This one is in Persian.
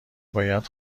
باید